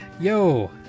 Yo